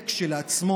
כבר הרסתם את הכול.